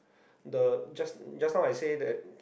the just just now I say that